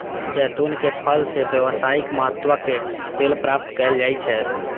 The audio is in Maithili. जैतूनक फल सं व्यावसायिक महत्व के तेल प्राप्त कैल जाइ छै